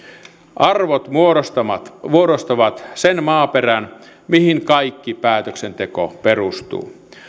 arvot muodostavat muodostavat sen maaperän mihin kaikki päätöksenteko perustuu